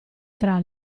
tra